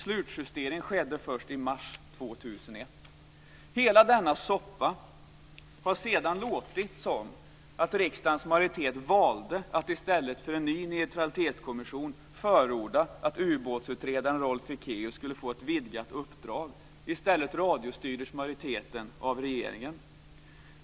Slutjustering skedde först i mars När det gäller hela denna soppa har det sedan låtit som att riksdagens majoritet valde att i stället för en ny neutralitetskommission förorda att ubåtsutredaren Rolf Ekéus skulle få ett vidgat uppdrag. I stället radiostyrdes majoriteten av regeringen.